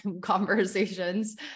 conversations